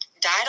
died